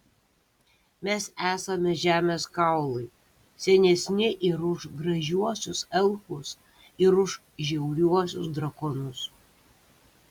mes esame žemės kaulai senesni ir už gražiuosius elfus ir už žiauriuosius drakonus